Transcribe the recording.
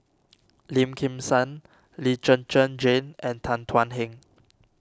Lim Kim San Lee Zhen Zhen Jane and Tan Thuan Heng